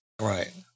Right